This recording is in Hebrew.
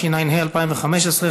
התשע"ה 2015,